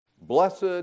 Blessed